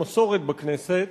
מסורת בכנסת,